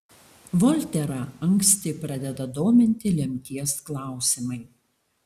volterą anksti pradeda dominti lemties klausimai